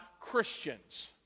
Christians